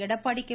Edappadi K